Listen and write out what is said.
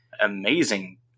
amazing